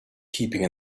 keeping